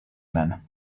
man